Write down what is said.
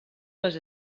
les